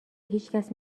هیچکس